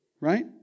right